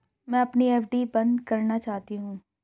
मैं अपनी एफ.डी बंद करना चाहती हूँ